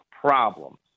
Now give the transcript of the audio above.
problems